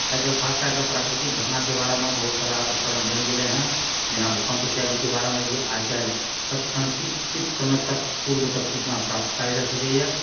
आइकाल्हि खास कए कऽ प्राकृतिक घटनाके बारेमे बहुत सारा उपकरण बनि गेलै हँ जेना भूकम्प इत्यादिके बारेमे भी आइकाल्हि तत्क्षण किछु समय तक पूर्व तक सूचना प्राप्त कएल जा सकैए